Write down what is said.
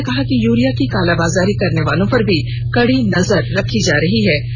उन्होंने कहा कि यूरिया की कालाबाजारी करने वालों पर भी कड़ी नजर रखी जा रही है